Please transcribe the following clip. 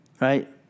right